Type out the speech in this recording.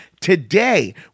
Today